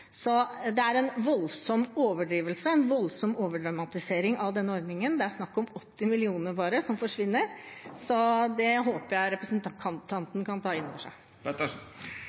Så det er en voldsom overdrivelse og overdramatisering av denne ordningen. Det er bare snakk om 80 mill. kr som forsvinner. Jeg håper representanten Pettersen kan ta det inn over seg.